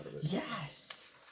Yes